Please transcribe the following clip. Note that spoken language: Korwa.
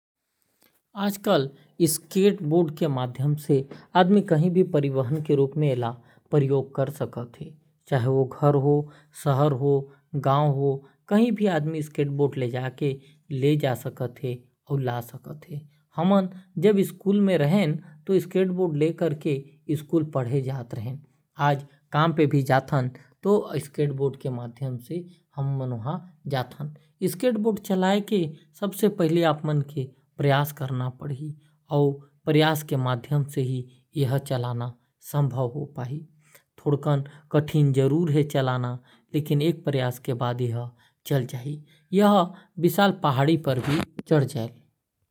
आज कल skateboard के माध्यम से आदमी येला परिवहन के रूप में उपयोग कर सकत है। चाहे वो घर हो गांव हो कही भी आदमी स्केट बोर्ड ले जा सकत है। हमन स्कूल में रहें तो स्केट बोर्ड ले के जात रहें। एला चलाए बर प्रयास करना पड़ी और तब ही यहर संभव हो पाहि।